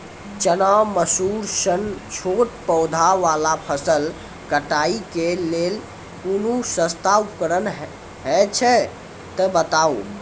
चना, मसूर सन छोट पौधा वाला फसल कटाई के लेल कूनू सस्ता उपकरण हे छै तऽ बताऊ?